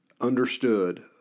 understood